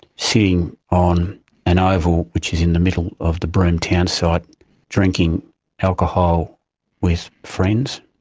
sitting on an oval which is in the middle of the broome townsite, drinking alcohol with friends.